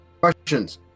questions